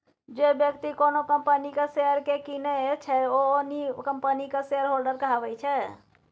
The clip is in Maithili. जे बेकती कोनो कंपनीक शेयर केँ कीनय छै ओ ओहि कंपनीक शेयरहोल्डर कहाबै छै